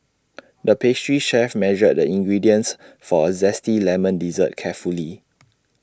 the pastry chef measured the ingredients for A Zesty Lemon Dessert carefully